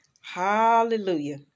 Hallelujah